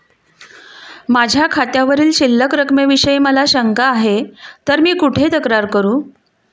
माझ्या खात्यावरील शिल्लक रकमेविषयी मला शंका आहे तर मी कुठे तक्रार करू?